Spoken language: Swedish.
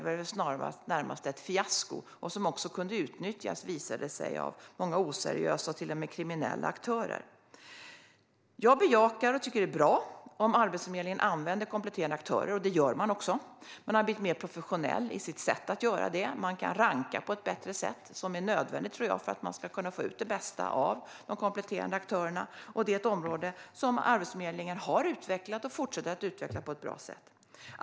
Det blev väl närmast ett fiasko och kunde också, visade det sig, utnyttjas av många oseriösa och till och med kriminella aktörer. Jag tycker att det är bra om Arbetsförmedlingen använder kompletterande aktörer, och det gör man också. Man har blivit mer professionell i sitt sätt att göra det. Man kan ranka på ett bättre sätt, vilket jag tror är nödvändigt för att man ska kunna få ut det bästa av de kompletterande aktörerna. Detta är ett område som Arbetsförmedlingen har utvecklat och fortsätter att utveckla på ett bra sätt.